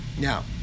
Now